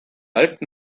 alten